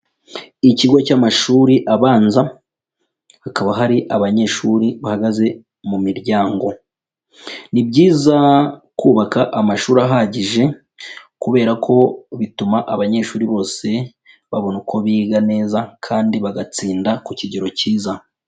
Ikigo cy'amashuri abanza, hakaba hari abanyeshuri bahagaze mu miryango, ni byiza kubaka amashuri ahagije, kubera ko bituma abanyeshuri bose babona uko biga neza kandi bagatsinda ku kigero cyiza.